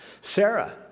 Sarah